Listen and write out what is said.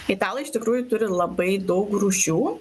italai iš tikrųjų turi labai daug rūšių